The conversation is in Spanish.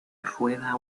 rueda